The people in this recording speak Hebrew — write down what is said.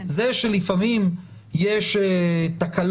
כרגע אנחנו מדברים על זה שההרשאה תבוא